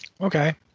Okay